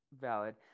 Valid